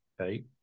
Okay